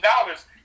dollars